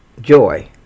joy